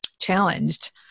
challenged